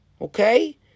okay